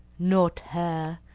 not her.